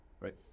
right